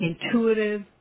intuitive